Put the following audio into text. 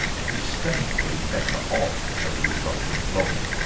epistemically better off as a result of blogging.